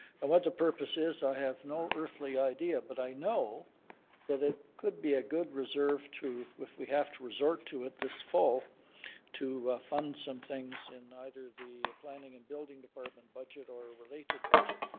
and what the purpose is, i have no earthly idea, but i know that it could be a good reserve to if we have to resort to it this fall to fund some things in either the planning and building department budget or related budget.